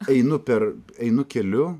einu per einu keliu